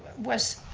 was